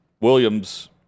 Williams